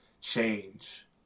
change